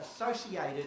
associated